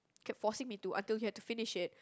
kept forcing me to until he had to finish it